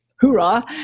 hoorah